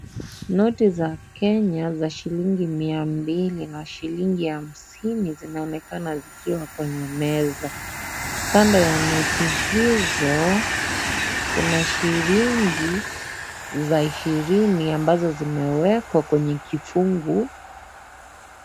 Noti za Kenya za shilingi mia mbili na shilingi hamsini zinaonekana zikiwa kwenye meza. Kando ya noti hizokuna shilingi za ishirini ambazo zimewekwa kwenye kifungu.